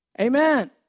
Amen